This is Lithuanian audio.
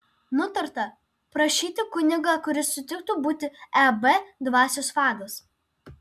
nutarta prašyti kunigą kuris sutiktų būti eb dvasios vadas